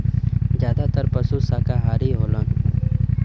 जादातर पसु साकाहारी होलन